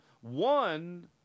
One